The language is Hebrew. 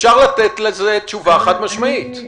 אפשר לתת לזה תשובה חד משמעית.